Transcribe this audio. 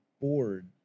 board